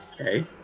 Okay